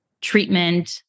treatment